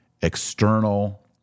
external